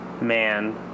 man